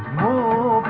bu